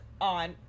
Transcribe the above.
on